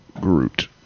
Groot